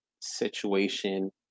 Situation